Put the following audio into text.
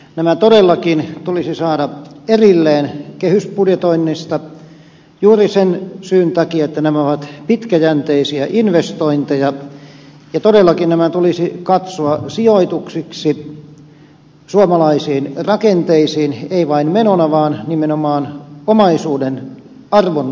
nämä todellakin tulisi saada erilleen kehysbudjetoinnista juuri sen syyn takia että nämä ovat pitkäjänteisiä investointeja ja todellakin nämä tulisi katsoa sijoituksiksi suomalaisiin rakenteisiin ei vain menona vaan nimenomaan omaisuuden arvonlisäyksenä